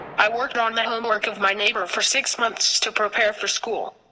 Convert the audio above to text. i worked on the homework of my neighbor for six months to prepare for school.